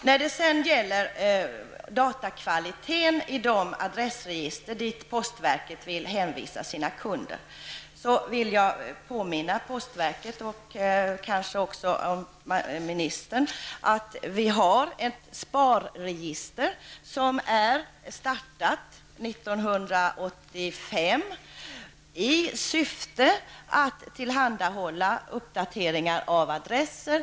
När det gäller datakvaliteten i de adressregister dit postverket vill hänvisa sina kunder vill jag påminna postverket och kanske också ministern om att vi har ett SPAR-register som startades 1985 i syfte att tillhandahålla uppdateringar av adresser.